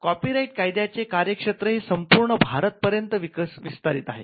copyright कायद्याचे कार्यक्षेत्र संपूर्ण भारत पर्यंत विस्तारित आहे